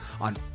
on